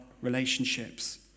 relationships